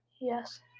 Yes